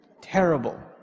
Terrible